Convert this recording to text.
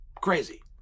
crazy